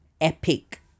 epic